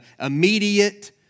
immediate